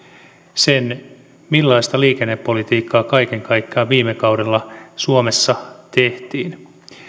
millaista liikennepolitiikkaa kaiken kaikkiaan viime kaudella suomessa tehtiin